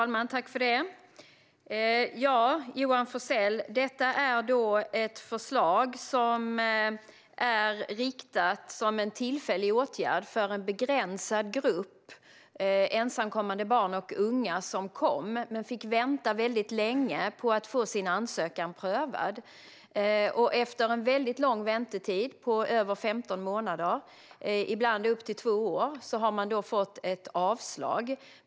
Herr talman och Johan Forssell! Detta är ett förslag om en tillfällig åtgärd som riktas till en begränsad grupp ensamkommande barn och unga som kommit hit men som fått vänta länge på att få sin ansökan prövad. Efter en mycket lång väntetid på över 15 månader, ibland upp till två år, har de fått avslag.